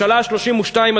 הממשלה ה-32,